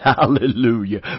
Hallelujah